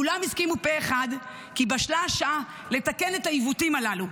כולם הסכימו פה אחד כי בשלה השעה לתקן את העיוותים הללו,